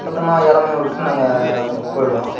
மொத்தமாக ஏலமே விட்டு நாங்கள் போய்விடுவோம்